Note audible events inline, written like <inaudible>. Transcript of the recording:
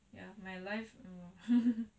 my life <laughs>